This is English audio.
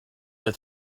that